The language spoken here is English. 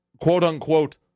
quote-unquote